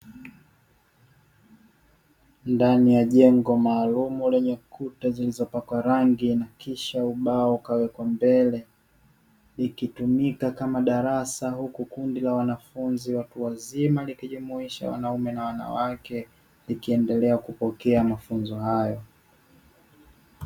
Ndani ya jengo maalumu lenye kuta zilizopakwa rangi na kisha ubao ukawekwa mbele, ikitumika kama darasa. Huku kundi la wanafunzi watu wazima likijumuisha wanaume na wanawake likiendelea kupokea mafunzo hayo.